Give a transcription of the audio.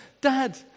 dad